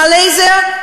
מלזיה,